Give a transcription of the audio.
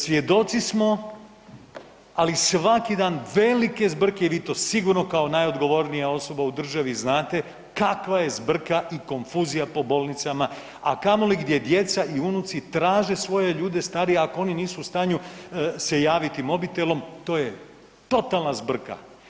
Svjedoci smo, ali svaki dan, velike zbrke i vi to sigurno kao najodgovornija osoba u državi znate kakva je zbrka i konfuzija po bolnicama, a kamoli gdje djeca i unuci traže svoje ljude starije ako oni nisu u stanju se javiti mobitelom to je totalna zbrka.